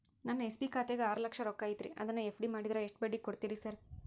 ನನ್ನ ಎಸ್.ಬಿ ಖಾತ್ಯಾಗ ಆರು ಲಕ್ಷ ರೊಕ್ಕ ಐತ್ರಿ ಅದನ್ನ ಎಫ್.ಡಿ ಮಾಡಿದ್ರ ಎಷ್ಟ ಬಡ್ಡಿ ಕೊಡ್ತೇರಿ ಸರ್?